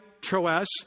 Troas